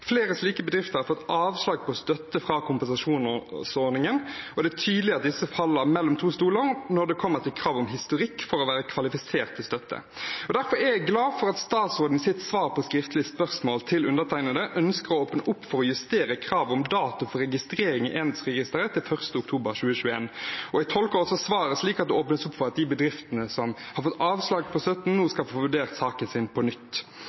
Flere slike bedrifter har fått avslag på støtte fra kompensasjonsordningen, og det er tydelig at disse faller mellom to stoler når det kommer til krav om historikk for å være kvalifisert til støtte. Derfor er jeg glad for at statsråden i sitt svar på skriftlig spørsmål fra undertegnede ønsker å åpne opp for å justere krav om dato for registrering i enhetsregisteret til 1. oktober 2021. Jeg tolker også svaret slik at det åpnes opp for at de bedriftene som har fått avslag på støtten, nå skal få vurdert saken sin på nytt.